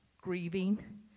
grieving